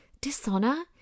Dishonor